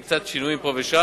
עם קצת שינויים פה ושם,